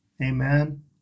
Amen